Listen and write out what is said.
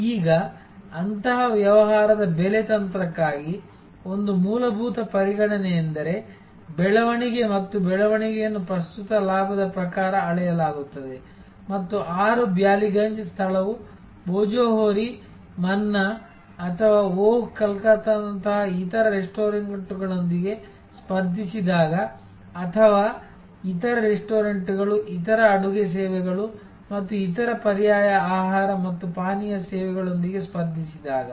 ಈಗ ಅಂತಹ ವ್ಯವಹಾರದ ಬೆಲೆ ತಂತ್ರಕ್ಕಾಗಿ ಒಂದು ಮೂಲಭೂತ ಪರಿಗಣನೆಯೆಂದರೆ ಬೆಳವಣಿಗೆ ಮತ್ತು ಬೆಳವಣಿಗೆಯನ್ನು ಪ್ರಸ್ತುತ ಲಾಭದ ಪ್ರಕಾರ ಅಳೆಯಲಾಗುತ್ತದೆ ಮತ್ತು 6 ಬ್ಯಾಲಿಗಂಜ್ ಸ್ಥಳವು ಭೋಜೋಹೋರಿ ಮನ್ನಾ ಅಥವಾ ಓಹ್ ಕಲ್ಕತ್ತಾದಂತಹ ಇತರ ರೆಸ್ಟೋರೆಂಟ್ಗಳೊಂದಿಗೆ ಸ್ಪರ್ಧಿಸಿದಾಗ ಅಥವಾ ಇತರ ರೆಸ್ಟೋರೆಂಟ್ಗಳು ಇತರ ಅಡುಗೆ ಸೇವೆಗಳು ಮತ್ತು ಇತರ ಪರ್ಯಾಯ ಆಹಾರ ಮತ್ತು ಪಾನೀಯ ಸೇವೆಗಳೊಂದಿಗೆ ಸ್ಪರ್ಧಿಸಿದಾಗ